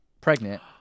pregnant